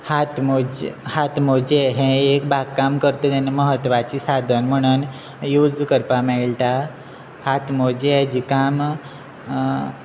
हात हातमोजे हें एक बागकाम करता तेन्ना म्हत्वाची साधन म्हणून यूज करपा मेळटा हात मोजे हाजे काम